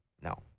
No